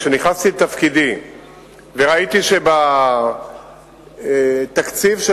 כשנכנסתי לתפקידי וראיתי שבתקציב של